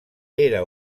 era